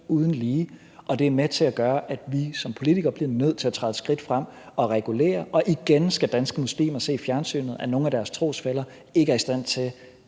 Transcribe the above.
uden lige, og det er med til at gøre, at vi som politikere bliver nødt til at træde et skridt frem og regulere. Og igen skal danske muslimer se i fjernsynet, at nogle af deres trosfæller ikke er i stand til